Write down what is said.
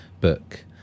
book